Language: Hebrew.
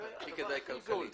זה הכי זול.